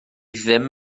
ddim